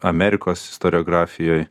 amerikos istoriografijoj